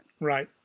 right